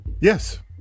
Yes